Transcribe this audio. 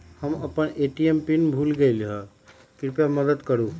हम अपन ATM pin भूल गेली ह, कृपया मदत करू